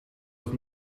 dat